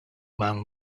man